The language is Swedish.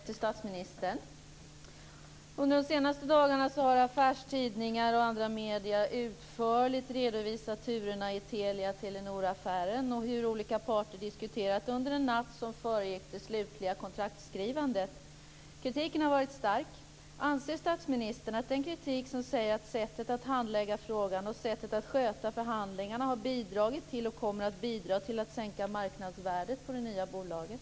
Fru talman! Min fråga riktar sig till statsministern. Under de senaste dagarna har affärstidningar och andra medier utförligt redovisat turerna i Telia-Telenor-affären och hur olika parter har diskuterat under den natt som föregick det slutliga kontraktskrivandet. Kritiken har varit stark. Anser statsministern att den kritik som säger att sättet att handlägga frågan och sättet att sköta förhandlingarna har bidragit till och kommer att bidra till att sänka marknadsvärdet på det nya bolaget?